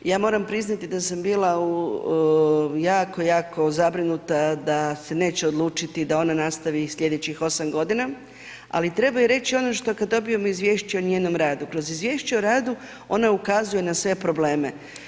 Ja moram priznati da sam bila jako, jako zabrinuta da se neće odlučiti da ona nastavi i sljedećih osam godina, ali treba reći ono što kada dobijemo izvješće o njenom radu, kroz izvješće o radu ona ukazuje na sve probleme.